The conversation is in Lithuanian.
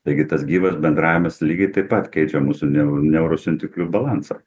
taigi tas gyvas bendravimas lygiai taip pat keičia mūsų neu neurosiuntiklių balansą